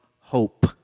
hope